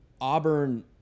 Auburn